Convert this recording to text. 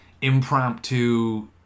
impromptu